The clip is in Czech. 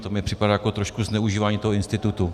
To mně připadá jako trošku zneužívání toho institutu.